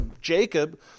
Jacob